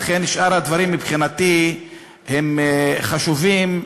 לכן שאר הדברים מבחינתי הם חשובים,